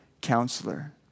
counselor